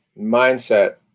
mindset